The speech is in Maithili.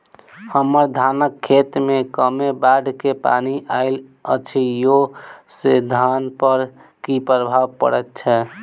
हम्मर धानक खेत मे कमे बाढ़ केँ पानि आइल अछि, ओय सँ धान पर की प्रभाव पड़तै?